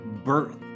birth